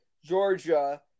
Georgia